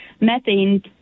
methane